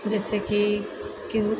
जैसे कि केहू